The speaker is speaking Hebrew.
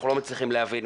לא מצליחים להבין.